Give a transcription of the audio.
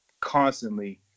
constantly